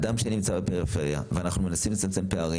אדם שנמצא בפריפריה ואנחנו מנסים לצמצם פערים